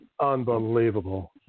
Unbelievable